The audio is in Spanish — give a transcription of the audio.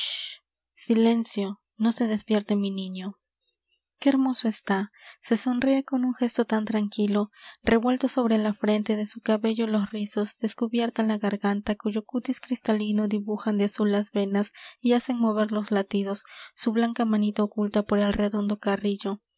silencio no se despierte mi niño qué hermoso está se sonríe con un gesto tan tranquilo revueltos sobre la frente de su cabello los rizos descubierta la garganta cuyo cútis cristalino dibujan de azul las venas y hacen mover los latidos su blanca manita oculta por el redondo carrillo